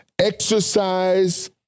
exercise